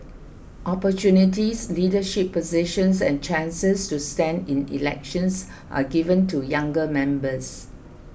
opportunities leadership positions and chances to stand in elections are given to younger members